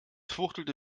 fuchtelte